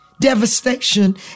devastation